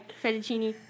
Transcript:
fettuccine